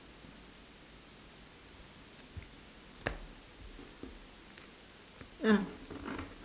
ah